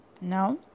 Now